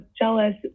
jealous